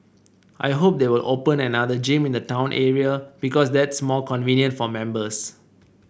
I hope they will open another gym in the town area because that's more convenient for members